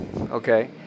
okay